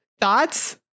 Thoughts